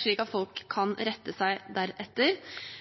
slik at folk kan rette seg deretter,